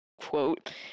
quote